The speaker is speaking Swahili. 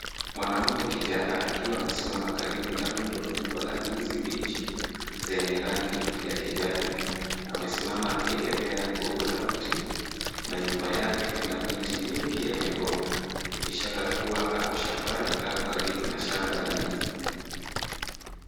Mwanaume kijana akiwa amesimama kando karibu na rundo kubwa la ndizi mbichi zenye rangi ya kijani. Amesimama akiegemea gogo la mti na nyuma yake kuna miti mingi ya migomba, ishara kuwa ako shambani au karibu na shamba la ndizi.